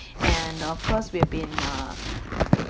and of course we have been uh